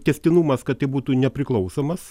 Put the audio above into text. tęstinumas kad tai būtų nepriklausomas